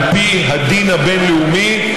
על פי הדין הבין-לאומי,